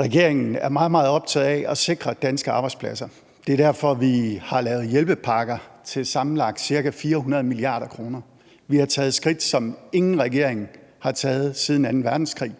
Regeringen er meget, meget optaget af at sikre danske arbejdspladser. Det er derfor, vi har lavet hjælpepakker til sammenlagt 400 mia. kr. Vi har taget skridt, som ingen regering har taget siden anden verdenskrig,